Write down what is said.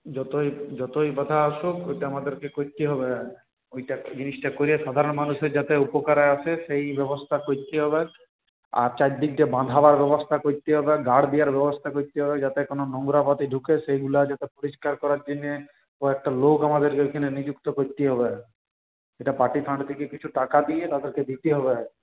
যতই যতই বাধা আসুক ওটা আমাদেরকে করতে হবে ওইটা জিনিসটা করে সাধারণ মানুষের যাতে উপকারে আসে সেই ব্যবস্থা করতে হবে আর চারদিক দিয়ে বাঁধাবার ব্যবস্থা করতে হবে গার্ড দেয়ার ব্যবস্থা করতে হবে যাতে কোন নোংরা পাতি ঢুকে সেইগুলো যাতে পরিষ্কার করার জন্যে কয়েকটা লোক আমাদের ওইখানে নিযুক্ত করতে হবে এটা পার্টি ফান্ড থেকে কিছু টাকা দিয়ে তাদেরকে দিতে হবে